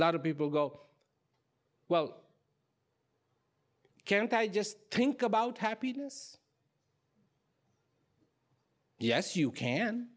a lot of people go well can't i just think about happiness yes you can